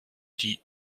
die